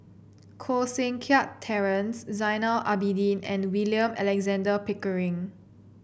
Koh Seng Kiat Terence Zainal Abidin and William Alexander Pickering